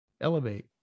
elevate